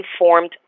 informed